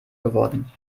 geworden